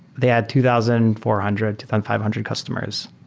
they had two thousand four hundred, two thousand five hundred customers.